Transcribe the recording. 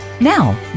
Now